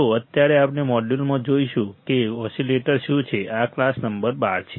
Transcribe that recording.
તો અત્યારે આપણે મોડ્યુલમાં જોઈશું કે ઓસીલેટર શું છે આ ક્લાસ નંબર 12 છે